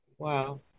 wow